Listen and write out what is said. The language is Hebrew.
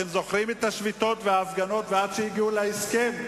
אתם זוכרים את השביתות וההפגנות ועד שהגיעו להסכם?